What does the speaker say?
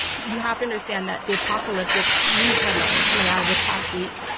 you have to understand that the apocalyptic news headlines coming out of this past week,